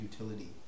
utility